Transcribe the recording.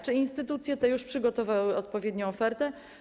Czy instytucje te już przygotowały odpowiednią ofertę?